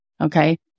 Okay